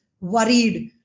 worried